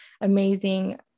amazing